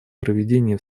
проведение